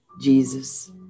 Jesus